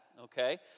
okay